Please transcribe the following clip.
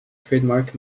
trademark